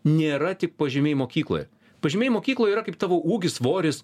nėra tik pažymiai mokykloje pažymiai mokykloje yra kaip tavo ūgis svoris